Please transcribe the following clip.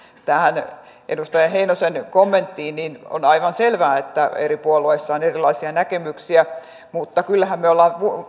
edustaja heinosen kommenttiin on aivan selvää että eri puolueissa on erilaisia näkemyksiä mutta kyllähän me olemme